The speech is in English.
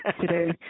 today